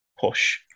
push